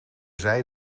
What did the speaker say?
zei